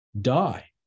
die